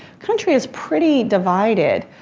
country is pretty divided,